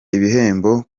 ibihembo